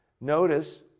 Notice